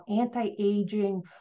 anti-aging